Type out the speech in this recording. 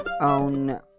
on